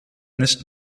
nicht